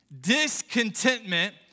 Discontentment